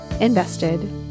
invested